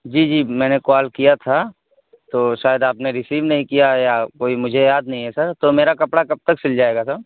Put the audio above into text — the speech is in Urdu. جی جی میں نے کال کیا تھا تو شاید آپ نے ریسیو نہیں کیا یا کوئی مجھے یاد نہیں ہے سر تو میرا کپڑا کب تک سل جائے گا سر